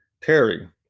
Terry